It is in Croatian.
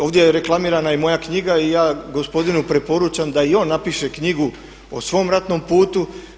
Ovdje je reklamirana i moja knjiga i ja gospodinu preporučam da i on napiše knjigu o svom ratnom puti.